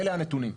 אלה הנתונים.